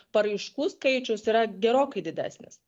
paraiškų skaičius yra gerokai didesnis